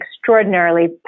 extraordinarily